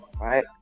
right